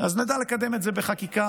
אז נדע לקדם את זה בחקיקה